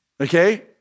okay